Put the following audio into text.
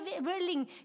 willing